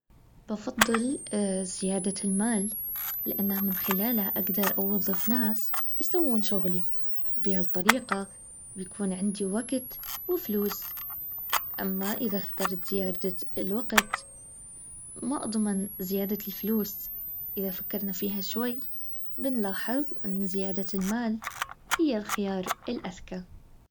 بفضل زيادة المال لانها من خلالها اقدر اوظف ناس يسوون شغلي وبهالطريقة بيكون عندي وقت وفلوس اما اذا اخترت زيادة الوقت ما اضمن زيادة الفلوس اذا فكرنا فيها شوي بنلاحظ انه زيادة المال هي الخيار الاذكى